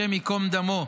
השם ייקום דמו,